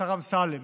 לשר אמסלם